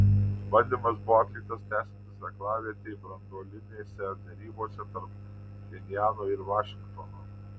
bandymas buvo atliktas tęsiantis aklavietei branduolinėse derybose tarp pchenjano ir vašingtono